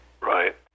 Right